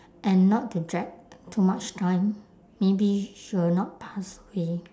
and not to drag too much time maybe she will not pass away